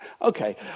Okay